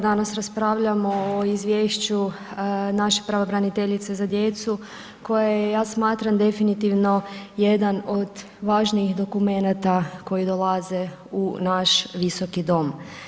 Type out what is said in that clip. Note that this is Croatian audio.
Danas raspravljamo o izvješću naše pravobraniteljice za djecu, koja je ja smatram definitivno jedan od važnijih dokumenata koji dolaze u naš Visoki dom.